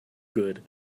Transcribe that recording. good